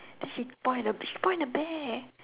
then she point at the she point at the bear